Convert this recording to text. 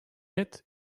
yet